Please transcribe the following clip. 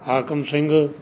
Hakam Singh